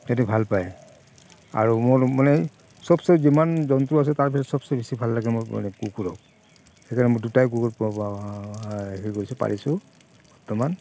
সিহঁতে ভাল পায় আৰু মোৰ মানে সবচে যিমান জন্তু আছে তাৰ ভিতৰত সবচে বেছি ভাল লাগে মোৰ মানে কুকুৰক সেইকাৰণে মই দুটাই কুকুৰ পাৰিছোঁ বৰ্তমান